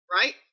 Right